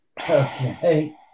Okay